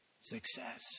Success